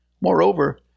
Moreover